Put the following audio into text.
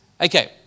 Okay